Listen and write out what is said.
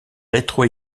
rétro